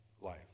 life